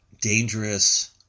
dangerous